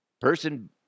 Person